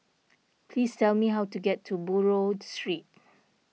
please tell me how to get to Buroh Street